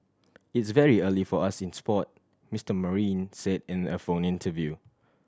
it's very early for us in sport Mister Marine said in a phone interview